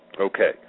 Okay